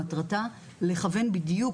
מטרתה לכוון בדיוק,